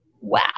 Wow